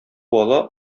бала